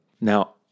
Now